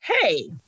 hey